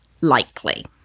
Likely